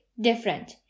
different